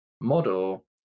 model